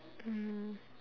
mm